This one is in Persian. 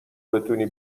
بتونی